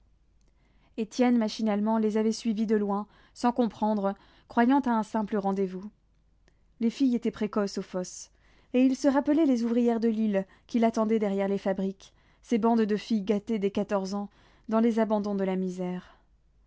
étienne machinalement les avait suivis de loin sans comprendre croyant à un simple rendez-vous les filles étaient précoces aux fosses et il se rappelait les ouvrières de lille qu'il attendait derrière les fabriques ces bandes de filles gâtées dès quatorze ans dans les abandons de la misère